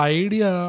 idea